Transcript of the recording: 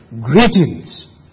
Greetings